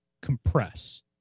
Compress